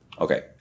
Okay